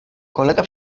kolega